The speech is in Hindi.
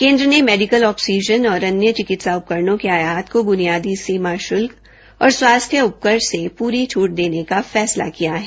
केन्द्र ने मेडिकल ऑक्सीजन और अन्य विकित्सा उपकरणों के आयात को बुनियादी सीमा शुल्क और स्वास्थ्य उपकर से पूरी छट देने का फैसला किया है